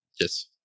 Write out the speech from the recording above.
Yes